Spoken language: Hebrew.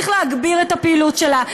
צריך להגביר את הפעילות שלה,